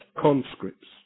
conscripts